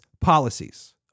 policies